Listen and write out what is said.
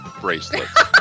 bracelets